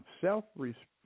self-respect